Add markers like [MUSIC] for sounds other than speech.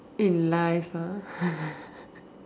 in life ah [LAUGHS]